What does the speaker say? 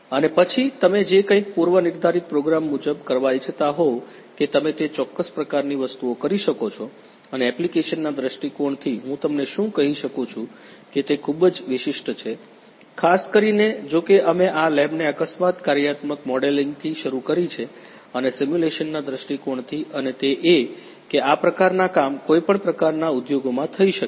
અને પછી તમે જે કંઇક પૂર્વનિર્ધારિત પ્રોગ્રામ મુજબ કરવા ઇચ્છતા હોવ કે તમે તે ચોક્કસ પ્રકારની વસ્તુઓ કરી શકો છો અને એપ્લિકેશનના દૃષ્ટિકોણથી હું તમને શું કહી શકું છું કે તે ખૂબ જ વિશિષ્ટ છે ખાસ કરીને જો કે અમે આ લેબને અકસ્માત કાર્યાત્મક મોડેલિંગથી શરૂ કરી છે અને સિમ્યુલેશનના દ્રષ્ટિકોણથી અને તે એ કે આ પ્રકારના કામ કોઈપણ પ્રકારના ઉદ્યોગોમાં થઈ શકે છે